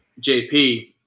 JP